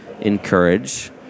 encourage